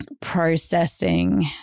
processing